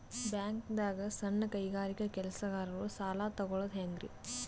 ಬ್ಯಾಂಕ್ದಾಗ ಸಣ್ಣ ಕೈಗಾರಿಕಾ ಕೆಲಸಗಾರರು ಸಾಲ ತಗೊಳದ್ ಹೇಂಗ್ರಿ?